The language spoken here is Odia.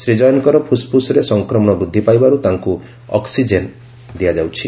ଶ୍ରୀ ଜୈନ୍ଙ୍କର ଫୁସ୍ଫୁସ୍ରେ ସଂକ୍ରମଣ ବୁଦ୍ଧି ପାଇବାରୁ ତାଙ୍କୁ ଅକ୍ସିକେନ୍ ଦିଆଯାଉଛି